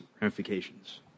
ramifications